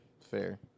Fair